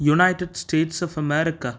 United States of America